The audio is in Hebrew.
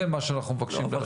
זה מה שאנחנו מבקשים.